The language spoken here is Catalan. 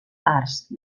parts